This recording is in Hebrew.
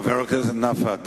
חבר הכנסת נפאע,